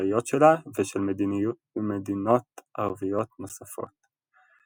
הצבאיות שלה ושל מדיניות ערביות נוספות.